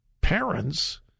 Parents